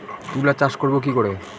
তুলা চাষ করব কি করে?